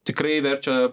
tikrai verčia